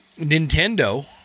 nintendo